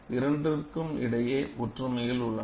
இரண்டிற்கும் இடையே ஒற்றுமைகள் உள்ளன